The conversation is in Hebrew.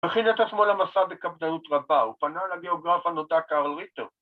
‫מכין את עצמו למסע בקפדנות רבה, ‫הוא פנה אל הגיאוגרף הנודע קרל ריטר.